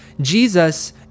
Jesus